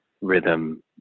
rhythm